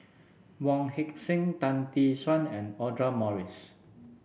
Wong Heck Sing Tan Tee Suan and Audra Morrice